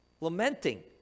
lamenting